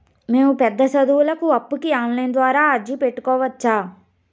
మేము పెద్ద సదువులకు అప్పుకి ఆన్లైన్ ద్వారా అర్జీ పెట్టుకోవచ్చా?